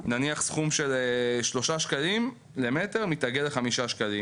נניח סכום של שלושה שקלים למטר מתעגל לחמישה שקלים,